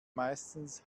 meistens